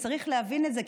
וצריך להבין את זה,